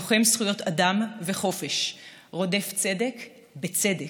לוחם זכויות אדם וחופש, רודף צדק בצדק,